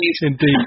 Indeed